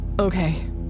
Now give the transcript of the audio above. Okay